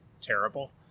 terrible